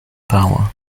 power